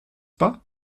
pas